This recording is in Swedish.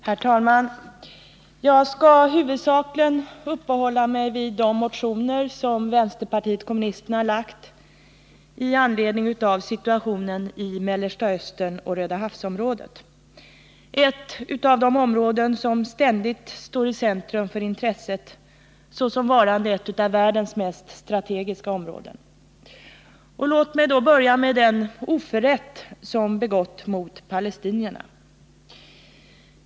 Herr talman! Jag skall huvudsakligen uppehålla mig vid de motioner som vpk lagt fram i anledning av situationen i Mellersta Östern och Röda Havsområdet — som ständigt står i centrum för intresset såsom varande ett av världens strategiskt viktigaste områden. Låt mig då börja med den oerhörda oförrätt som begåtts mot palestinierna.